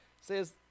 Says